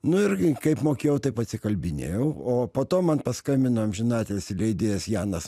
nu ir kaip mokėjau taip atsikalbinėjau o po to man paskambino amžinatilsį leidėjas janas